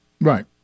right